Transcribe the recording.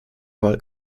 wahl